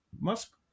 Musk